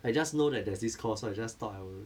I just know that there's this call so I just thought I would